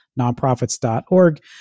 Nonprofits.org